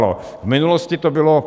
V minulosti to bylo...